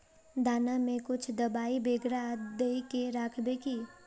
दाना में कुछ दबाई बेगरा दय के राखबे की?